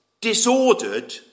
disordered